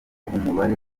umubare